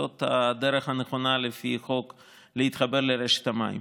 זאת הדרך הנכונה לפי חוק להתחבר לרשת המים.